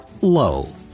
low